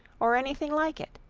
or any thing like it.